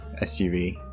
SUV